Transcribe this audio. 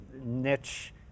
niche